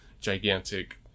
gigantic